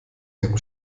ihrem